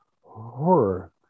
horror